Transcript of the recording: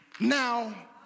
Now